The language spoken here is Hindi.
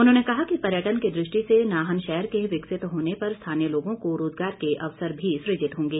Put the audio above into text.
उन्होंने कहा कि पर्यटन की दृष्टि से नाहन शहर के विकसित होने पर स्थानीय लोगों को रोजगार के अवसर भी सुजित होंगे